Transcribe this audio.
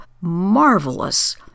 marvelous